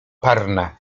parna